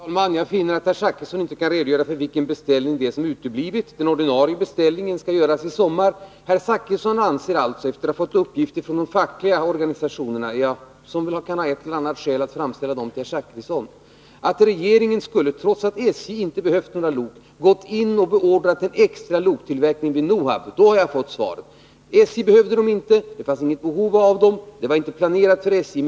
Herr talman! Jag finner att herr Zachrisson inte kan redogöra för vilken beställning det är som utblivit. Den ordinarie beställningen skall göras i sommar. Herr Zachrisson anser alltså, efter att från de fackliga organisationerna ha fått uppgifter som de av ett eller annat skäl velat framföra till honom, att regeringen skulle — trots att SJ inte behövt några ytterligare lok — ha beordrat en extra loktillverkning vid NOHAB. Därmed har jag fått svar. SJ behövde dem inte och hade inte planerat för dem.